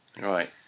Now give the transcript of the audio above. Right